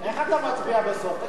איך אתה מצביע בסוף?